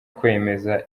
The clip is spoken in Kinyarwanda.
kwemeza